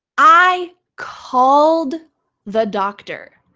i called the doctor.